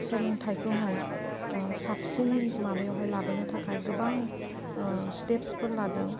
सोलोंथायखौ हाय साबसिन माबायावहाय लाबोनो थाखाय गोबां स्टेपसफोर लादों